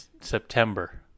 September